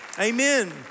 Amen